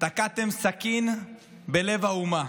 תקעתם סכין בלב האומה.